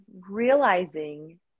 realizing